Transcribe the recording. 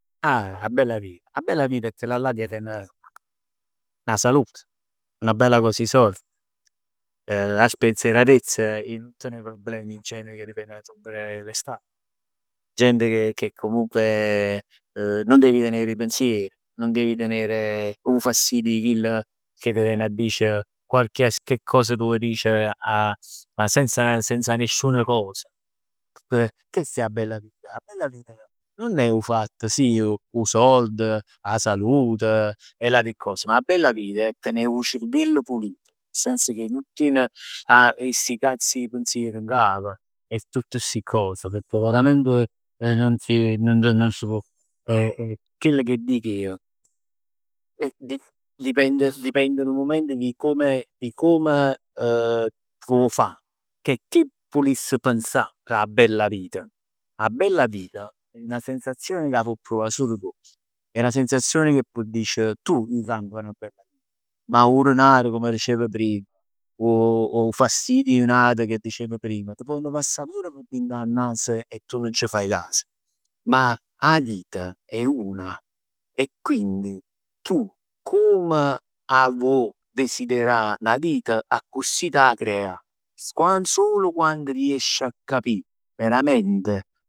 Ah 'na bella vita, 'na bella vita è chellallà ca ten 'a salute, 'na bella cos 'e sord, 'a spensieratezz e nun tenè problemi in genere cà t' ponn destabilizzà. Gente che comunque, non devi tenè pensieri, non devi tenere 'o fastidio 'e chill che t' vene 'a dicere qualche, che cos t' vò dicere a, ma senz senza nisciun cos. Chest è 'a bella vita, 'a bella vita nun è 'o fatt, sì 'o soldo, 'a salute e ll'ate cose, ma 'a bella vita è tenè 'o cereviell pulito. Nel senso che nun tien 'a sti cazz 'e pensier ngap e tutt sti cose, pecchè veramente nun si, nun nun s' pò chell che dico ij è di- dipende dipende dò mument di come di come vuò fa, che ti vuliss pensà dà bella vita. 'A bella vita è 'na sensazione che 'a può provà sul tu, è 'na sensazione che può dicere tu vivi 'na bella vita. Ma 'o denaro come dicevo primm, 'o- o fastidio 'e n'ato che dicevo prima, t' pò passà pur p' annanz e tu nun c'faje caso, ma 'a vita è una e quindi tu come 'a vuò desiderà 'na vita, accussì t' 'a creà. Quando, solo quando riesci 'a capì veramente